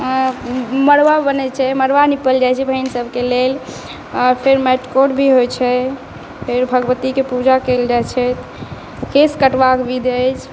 मड़बा बनै छै मड़बा निपल जाइ छै बहिनसबके लेल फेर मटिकोर भी होइ छै फेर भगवतीके पूजा कएल जाइ छै केश कटबाके विधि अछि